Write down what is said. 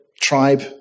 tribe